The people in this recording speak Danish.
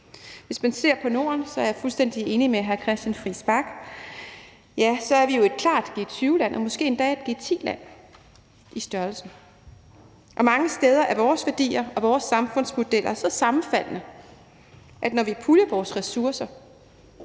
Hvis man ser på Norden, er jeg fuldstændig enig med hr. Christian Friis Bach om, at vi jo er et klart G20-land og måske endda et G10-land i størrelse. Mange steder er vores værdier og vores samfundsmodeller så sammenfaldende, at når vi puljer vores ressourcer,